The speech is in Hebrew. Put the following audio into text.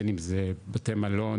בין אם זה בתי מלון,